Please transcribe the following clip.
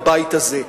בבית הזה,